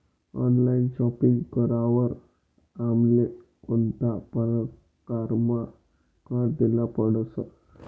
Online shopping करावर आमले कोणता परकारना कर देना पडतस?